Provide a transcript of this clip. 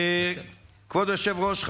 כבוד היושב-ראש,